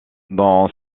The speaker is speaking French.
dans